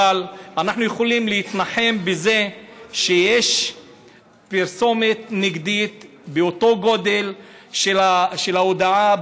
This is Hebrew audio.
אבל אנחנו יכולים להתנחם בזה שיש פרסומת נגדית באותו גודל של המודעה,